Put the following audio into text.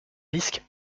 risque